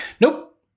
nope